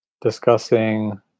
discussing